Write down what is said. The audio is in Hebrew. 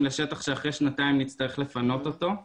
לשטח שאחרי שנתיים נצטרך לפנות אותו.